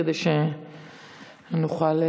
כדי שנוכל,